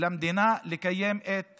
לקיים את